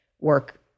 work